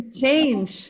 change